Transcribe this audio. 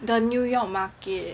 the new york market